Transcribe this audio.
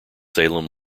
salem